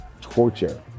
torture